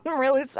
really